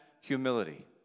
humility